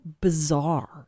bizarre